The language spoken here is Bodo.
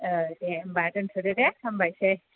औ दे होमबा दोनथ'दो दे हामबायसै